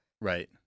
Right